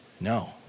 No